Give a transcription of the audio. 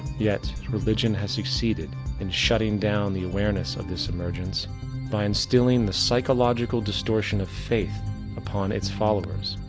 yet, religion has succeeded in shutting down the awareness of this emergence by instilling the psychological distortion of faith upon it's followers.